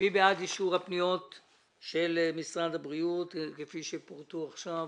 מי בעד אישור פניות מספר 436 עד 438 כפי שפורטו עכשיו?